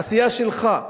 עשייה שלך.